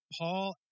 Paul